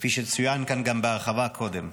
כפי שצוין כאן גם בהרחבה קודם.